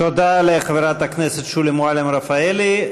תודה לחברת הכנסת שולי מועלם-רפאלי.